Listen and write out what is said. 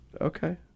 Okay